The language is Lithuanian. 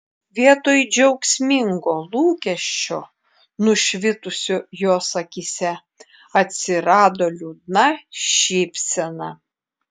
vietoj džiaugsmingo lūkesčio nušvitusio jos akyse atsirado liūdna šypsena